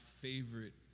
favorite